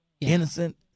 innocent